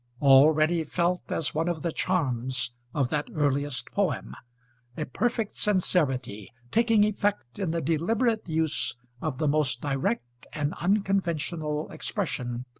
already felt as one of the charms of that earliest poem a perfect sincerity, taking effect in the deliberate use of the most direct and unconventional expression,